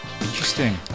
Interesting